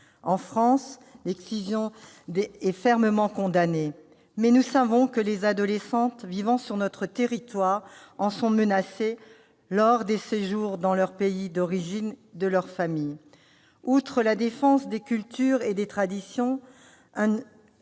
En France, l'excision est fermement condamnée. Mais nous savons que des adolescentes vivant sur notre territoire en sont menacées lors de séjours dans le pays d'origine de leur famille. Outre la défense des cultures et des traditions,